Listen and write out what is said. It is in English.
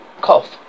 cough